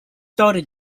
starter